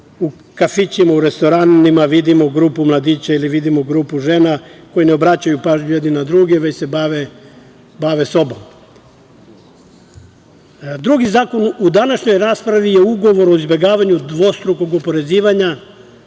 u kafićima, u restoranima vidimo grupu mladića ili vidimo grupu žena koji ne obraćaju pažnju jedni na druge, već se bave sobom. Drugi zakon u današnjoj raspravi je Ugovor o izbegavanju dvostrukog oporezivanja